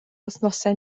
wythnosau